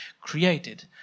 created